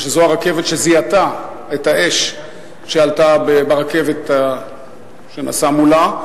מפני שזו הרכבת שזיהתה את האש שעלתה ברכבת שנסעה מולה.